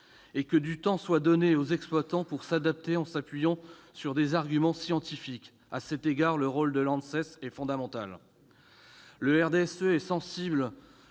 et que du temps soit donné aux exploitants pour qu'ils puissent s'adapter en s'appuyant sur des arguments scientifiques. À cet égard, le rôle de l'ANSES est fondamental. Le RDSE est sensible